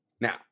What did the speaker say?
Now